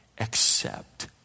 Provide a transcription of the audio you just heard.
accept